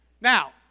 Now